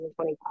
2025